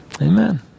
Amen